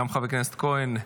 חבר הכנסת כהן,